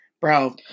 Bro